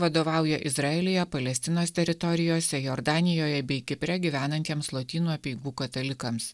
vadovauja izraelyje palestinos teritorijose jordanijoje bei kipre gyvenantiems lotynų apeigų katalikams